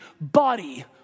body